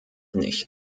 nicht